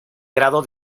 grado